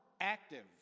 active